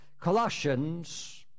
Colossians